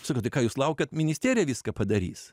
sakau tai ką jūs laukiat ministerija viską padarys